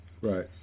Right